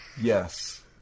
yes